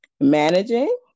Managing